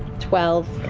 twelve.